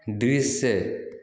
दृश्य